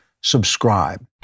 subscribe